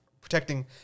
protecting